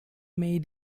may